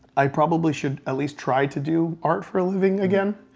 i probably should at least try to do art for a living again,